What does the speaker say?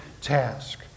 task